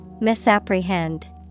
Misapprehend